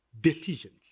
decisions